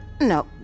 No